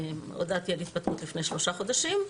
הודעתי על התפטרות לפני שלושה חודשים,